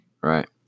right